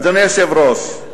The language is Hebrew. אדוני היושב-ראש,